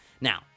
Now